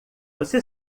você